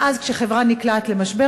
ואז כשחברה נקלעת למשבר,